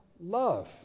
love